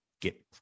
get